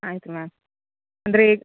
ಆಯಿತು ಮ್ಯಾಮ್ ಅಂದರೆ